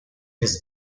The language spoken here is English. his